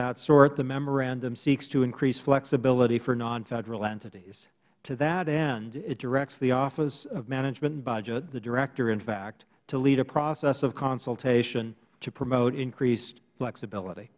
that sort the memorandum seeks to increase flexibility for non federal entities to that end it directs the office of management and budget the director in fact to lead a process of consultation to promote increased flexibility